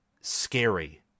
scary